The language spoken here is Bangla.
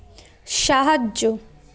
সাহায্য